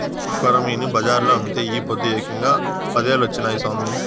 కొరమీను బజార్లో అమ్మితే ఈ పొద్దు ఏకంగా పదేలొచ్చినాయి సామి